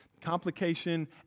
complication